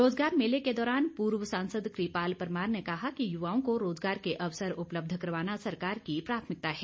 रोजगार मेले के दौरान पूर्व सांसद कृपाल परमार ने कहा कि युवाओं को रोजगार के अवसर उपलब्ध करवाना सरकार की प्राथमिकता है